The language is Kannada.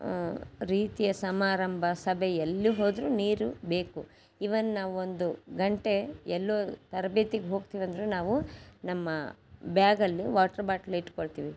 ರೀತಿಯ ಸಮಾರಂಭ ಸಭೆ ಎಲ್ಲಿ ಹೋದ್ರೂ ನೀರು ಬೇಕು ಈವನ್ ನಾವು ಒಂದು ಗಂಟೆ ಎಲ್ಲೋ ತರ್ಬೇತಿಗೆ ಹೋಗ್ತೀವಂದ್ರೂ ನಾವು ನಮ್ಮ ಬ್ಯಾಗಲ್ಲಿ ವಾಟ್ರ್ ಬಾಟ್ಲಿ ಇಟ್ಟುಕೊಳ್ತೀವಿ